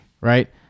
right—